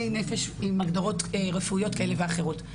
נפש עם הגדרות רפואיות כאלה ואחרות.